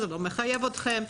זה לא מחייב אתכם,